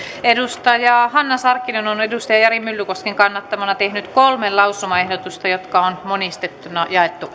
hanna sarkkinen on jari myllykosken kannattamana tehnyt kolme lausumaehdotusta jotka on monistettuna jaettu